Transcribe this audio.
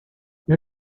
meu